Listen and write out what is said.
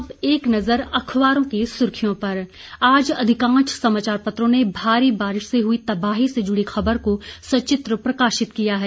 अब एक नजर अखबारों की सुर्खियों पर आज अधिकांश समाचार पत्रों ने भारी बारिश से हुई तबाही से जुड़ी खबर को सचित्र प्रकाशित किया है